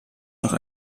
nach